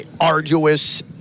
arduous